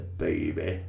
baby